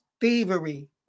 thievery